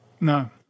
No